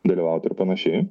dalyvautų ir panašiai